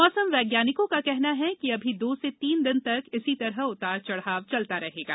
मौसम वैज्ञानिकों का कहना है कि अभी दो से तीन दिन तक इसी तरह उतार चढ़ाव चलता रहेगा